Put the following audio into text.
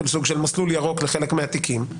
סוג של מסלול ירוק לחלק מהתיקים,